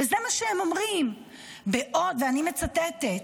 וזה מה שהם אומרים, ואני מצטטת: